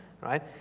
right